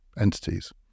entities